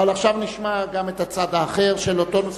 אבל עכשיו נשמע גם את הצד האחר של אותו נושא.